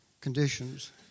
conditions